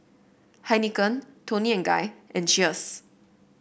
Heinekein Toni and Guy and Cheers